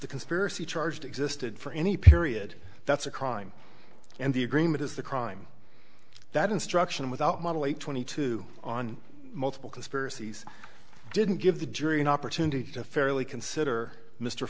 the conspiracy charged existed for any period that's a crime and the agreement is the crime that instruction without model a twenty two on multiple conspiracies didn't give the jury an opportunity to fairly consider mr